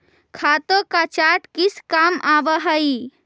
खातों का चार्ट किस काम आवअ हई